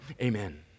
Amen